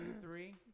three